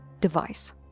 device